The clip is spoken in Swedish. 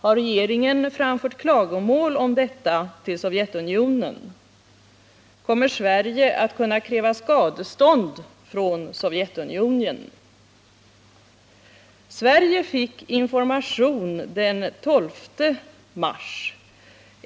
Har regeringen framfört klagomål om detta till Sovjetunionen? Kommer Sverige att kunna kräva skadestånd från Sovjetunionen? Sverige fick information den 12 mars.